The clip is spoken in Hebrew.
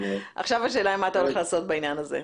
אבל --- עכשיו השאלה מה אתה הולך לעשות בעניין הזה,